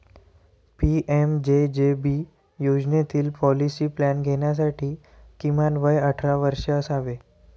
PMJJB योजनेतील policy plan घेण्यासाठी किमान वय अठरा वर्षे असावे